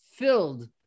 filled